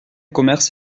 commerces